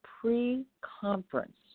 pre-conference